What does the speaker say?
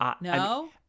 no